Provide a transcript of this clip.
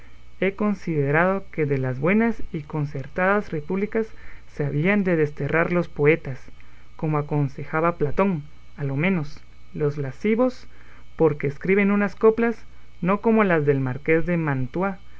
he considerado que de las buenas y concertadas repúblicas se habían de desterrar los poetas como aconsejaba platón a lo menos los lascivos porque escriben unas coplas no como las del marqués de mantua